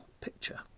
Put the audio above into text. picture